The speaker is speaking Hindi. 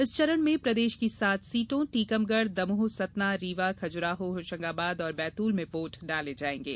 इस चरण में प्रदेश की सात सीटों टीकमगढ़ दमोह सतना रीवा खजुराहो होशंगाबाद और बैतूल में वोट डाले जायेंगे